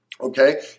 Okay